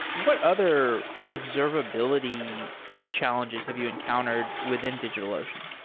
what other observability challenges have you encountered within digitalocean?